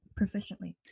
proficiently